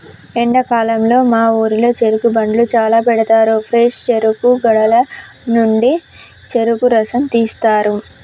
ఎండాకాలంలో మా ఊరిలో చెరుకు బండ్లు చాల పెడతారు ఫ్రెష్ చెరుకు గడల నుండి చెరుకు రసం తీస్తారు